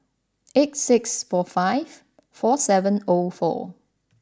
eight six four five four seven O four